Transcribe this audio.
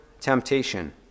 temptation